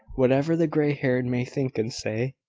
whatever the grey-haired may think and say,